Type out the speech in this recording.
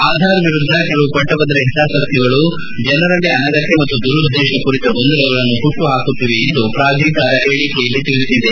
ಆಧಾರ್ ವಿರುದ್ದ ಕೆಲವು ಪಟ್ಟಭದ್ರ ಹಿತಾಸಕ್ತಿಗಳು ಜನರಲ್ಲಿ ಅನಗತ್ತ ಮತ್ತು ದುರುದ್ದೇಶಪೂರಿತ ಗೊಂದಲಗಳನ್ನು ಹುಟ್ಟು ಹಾಕುತ್ತಿವೆ ಎಂದು ಪ್ರಾಧಿಕಾರ ಹೇಳಿಕೆಯಲ್ಲಿ ತಿಳಿಸಿದೆ